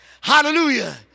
Hallelujah